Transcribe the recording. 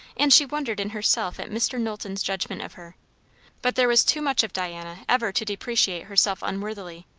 and she wondered in herself at mr. knowlton's judgment of her but there was too much of diana ever to depreciate herself unworthily.